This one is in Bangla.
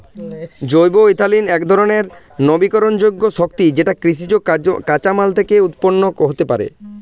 জৈব ইথানল একধরণের নবীকরণযোগ্য শক্তি যেটি কৃষিজ কাঁচামাল থেকে উৎপন্ন হতে পারে